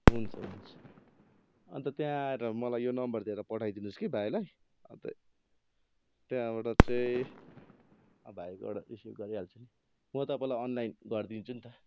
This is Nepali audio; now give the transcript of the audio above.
हुन्छ हुन्छ अन्त त्यहाँ आएर मलाई यो नम्बर दिएर पठाइदिनुहोस् कि भाइलाई अन्त त्यहाँबाट चाहिँ भाइकोबाट रिसिभ गरिहाल्छु नि म तपाईँलाई अनलाइन गरिदिन्छु नि त